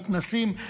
מתנסים,